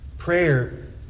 Prayer